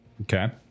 Okay